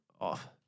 off